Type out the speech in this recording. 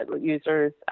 users